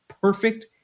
perfect